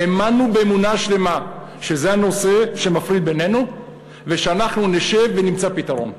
האמנו באמונה שלמה שזה הנושא שמפריד בינינו ושאנחנו נשב ונמצא פתרון,